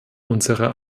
unserer